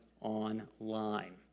online